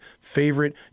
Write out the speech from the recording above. favorite